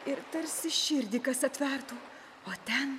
ir tarsi širdį kas atvertų o ten